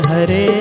Hare